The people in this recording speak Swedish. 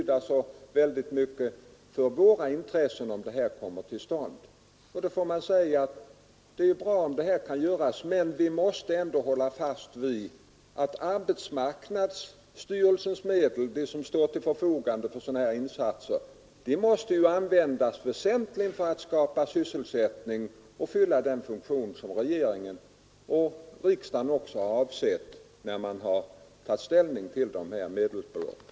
Då får jag svara, att det är bra om det här kan göras, men vi måste ändå hålla fast vid att arbetsmarknadsstyrelsens medel, som står till förfogande till sådana insatser, måste användas väsentligen för att skapa sysselsättning och fylla den funktion som regeringen och riksdagen har avsett, när vi har tagit ställning till medelsbeloppen.